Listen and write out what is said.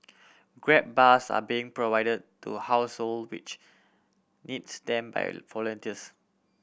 grab bars are being provided to household which needs them by volunteers